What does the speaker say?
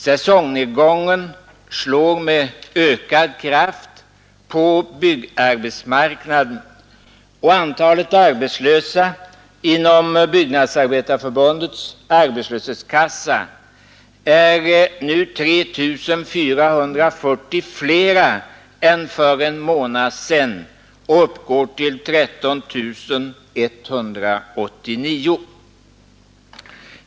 Säsongnedgången slår med ökad kraft på byggarbetsmarknaden. Antalet arbetslösa inom Byggnadsarbetareförbundets arbetslöshetskassa är nu 3 440 flera än för en månad sedan och uppgår till 13 189.